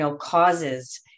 causes